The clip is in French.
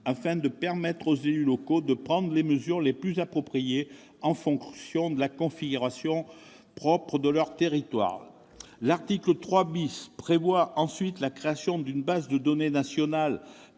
afin de permettre aux élus locaux de prendre les mesures les plus appropriées en fonction de la configuration de leur territoire. L'article 3 prévoit ensuite la création d'une base de données nationale